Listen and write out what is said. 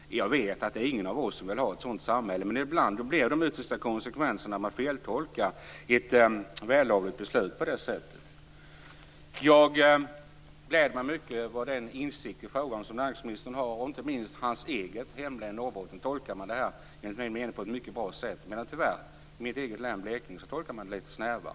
Jag vet att det inte är någon av oss som vill ha ett sådant samhälle, men ibland blir detta de yttersta konsekvenserna när man feltolkar ett vällovligt beslut på det här sättet. Jag gläder mig mycket över den insikt i frågan som näringsministern har. Inte minst i hans eget hemlän Norrbotten tolkar man enligt min mening det här på ett mycket bra sätt. I mitt eget län, Blekinge, tolkar man det tyvärr lite snävare.